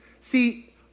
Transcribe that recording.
See